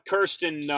Kirsten